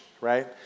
right